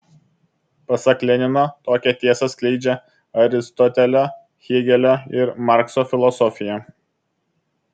pasak lenino tokią tiesą skleidžia aristotelio hėgelio ir markso filosofija